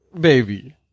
baby